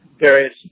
various